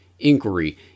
Inquiry